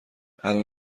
الان